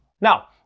Now